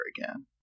again